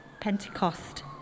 Pentecost